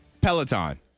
Peloton